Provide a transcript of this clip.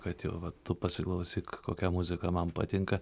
kad jau va tu pasiklausyk kokia muzika man patinka